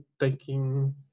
taking